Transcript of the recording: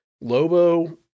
Lobo